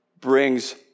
brings